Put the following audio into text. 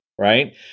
Right